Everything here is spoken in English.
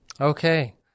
Okay